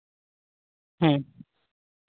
ᱦᱮᱸ